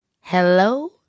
Hello